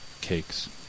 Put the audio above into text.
cakes